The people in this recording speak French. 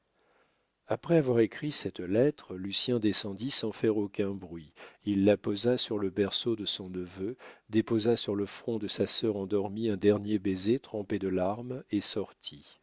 après avoir écrit cette lettre lucien descendit sans faire aucun bruit il la posa sur le berceau de son neveu déposa sur le front de sa sœur endormie un dernier baiser trempé de larmes et sortit